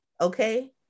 Okay